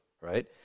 Right